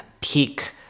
peak